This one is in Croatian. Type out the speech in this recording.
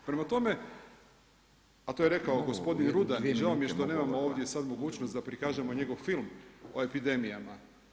Prema tome, a to je rekao gospodin Rudan, žao mi je što nemamo sad ovdje mogućnost da prikažemo njegov film o epidemijama.